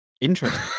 Interesting